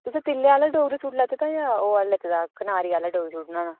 तुसें तिल्ले आह्ला डोगरी सूट लैते जां ओह् आह्ला लैते दा कनारी आह्ला डोगरी सूट बनाना